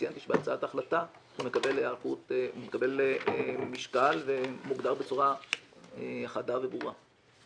ציינתי שבהצעת ההחלטה הוא מקבל משקל ומוגדר בצורה חדה וברורה.